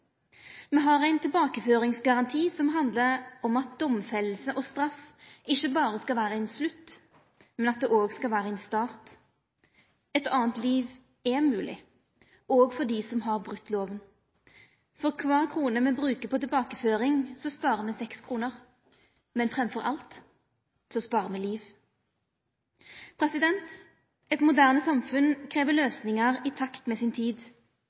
Me har ein tilbakeføringsgaranti som handlar om at domfelling og straff ikkje berre skal vera ein slutt, men at det òg skal vera ein start. Eit anna liv er mogleg, òg for dei som har brote lova. For kvar krone me bruker på tilbakeføring, sparer me 6 kr – men framfor alt sparer me liv. Eit moderne samfunn krev løysingar i takt med si tid.